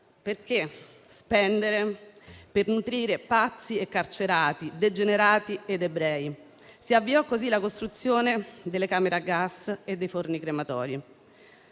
spendere per nutrire pazzi, carcerati, degenerati ed ebrei? Si avviò così la costruzione delle camere a gas e dei forni crematori.